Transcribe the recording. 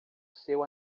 seu